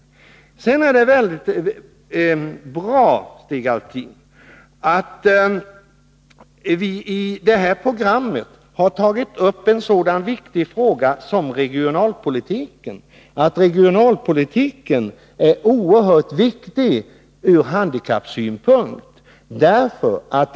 Sedan vill jag säga, Stig Alftin, att det är väldigt bra att vi i handlingspro | grammet har tagit upp en sådan viktig sak som att regionalpolitiken är oerhört väsentlig ur handikappsynpunkt.